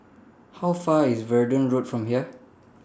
How Far IS Verdun Road from here